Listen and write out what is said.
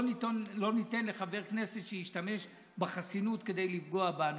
לא ניתן לחבר כנסת שישתמש בחסינות כדי לפגוע בנו.